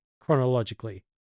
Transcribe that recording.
chronologically